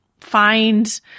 find